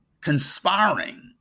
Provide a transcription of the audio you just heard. conspiring